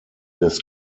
des